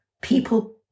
people